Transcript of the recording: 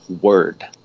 word